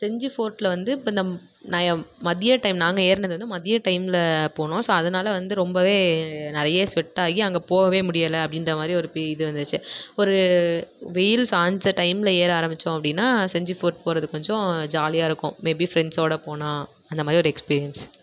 செஞ்சி ஃபோர்ட்டில் வந்து இப்போ இந்த நயம் மதிய டைம் நாங்கள் ஏறினது வந்து மதிய டைமில் போனோம் ஸோ அதனால் வந்து ரொம்ப நிறைய ஸ்வெட் ஆகி அங்கே போகவே முடியலை அப்படின்ற மாதிரி ஒரு இது வந்துச்சு ஒரு வெயில் சாய்ஞ்ச டைமில் ஏற ஆரம்பிச்சோம் அப்படின்னா செஞ்சி ஃபோர்ட் போகிறது கொஞ்சம் ஜாலியாக இருக்கும் மே பி ஃப்ரெண்ட்ஸோடு போனால் அந்த மாதிரி ஒரு எக்ஸ்பீரியன்ஸ்